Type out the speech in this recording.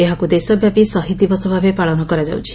ଏହାକୁ ଦେଶବ୍ୟାପୀ ଶହୀଦ ଦିବସ ଭାବେ ପାଳନ କରାଯାଉଛି